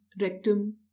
rectum